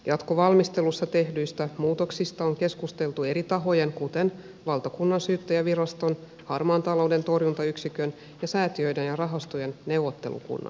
jatkovalmistelussa tehdyistä muutoksista on keskusteltu eri tahojen kuten valtakunnansyyttäjänviraston harmaan talouden torjuntayksikön ja säätiöiden ja rahastojen neuvottelukunnan kanssa